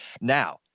Now